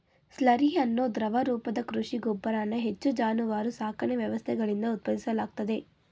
slurry ಅನ್ನೋ ದ್ರವ ರೂಪದ ಕೃಷಿ ಗೊಬ್ಬರನ ಹೆಚ್ಚು ಜಾನುವಾರು ಸಾಕಣೆ ವ್ಯವಸ್ಥೆಗಳಿಂದ ಉತ್ಪಾದಿಸಲಾಗ್ತದೆ